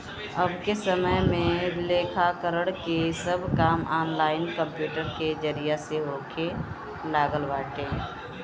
अबके समय में लेखाकरण के सब काम ऑनलाइन कंप्यूटर के जरिया से होखे लागल बाटे